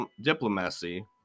diplomacy